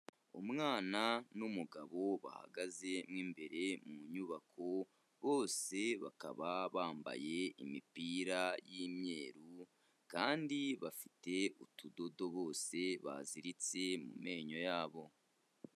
Umwana n'umugabo bahagaze mo imbere mu nyubako, bose bakaba bambaye imipira y'imyeru kandi bafite utudodo bose baziritse mu menyo yabo.